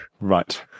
Right